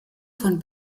von